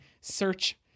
Search